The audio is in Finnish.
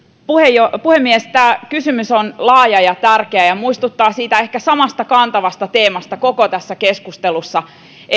puhemies puhemies tämä kysymys on laaja ja tärkeä ja muistuttaa ehkä siitä samasta kantavasta teemasta koko tässä keskustelussa